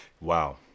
Wow